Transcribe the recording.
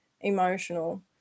emotional